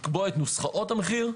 לקבוע את נוסחאות המחיר,